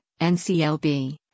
NCLB